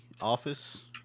office